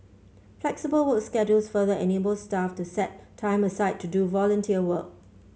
flexible work schedules further enable staff to set time aside to do volunteer work